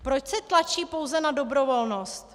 Proč se tlačí pouze na dobrovolnost?